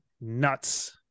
nuts